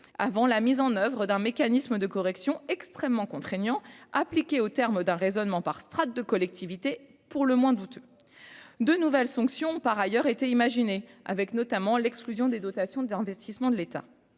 avant la mise en oeuvre d'un mécanisme de correction extrêmement contraignant appliquée au terme d'un raisonnement par strates de collectivités pour le mois d'août, de nouvelles sanctions ont par ailleurs été imaginé avec notamment l'exclusion des dotations d'investissement de l'État,